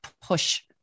push